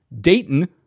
Dayton